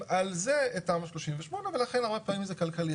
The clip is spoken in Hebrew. על זה את תמ"א 38. ולכן הרבה פעמים זה כלכלי.